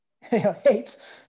hates